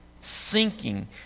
sinking